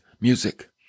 music